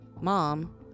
Mom